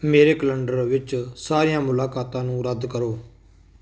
ਮੇਰੇ ਕੈਲੰਡਰ ਵਿੱਚ ਸਾਰੀਆਂ ਮੁਲਾਕਾਤਾਂ ਨੂੰ ਰੱਦ ਕਰੋ